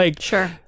sure